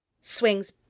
swings